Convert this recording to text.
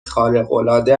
خارقالعاده